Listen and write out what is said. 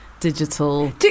Digital